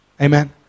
Amen